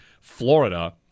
Florida